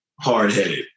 hard-headed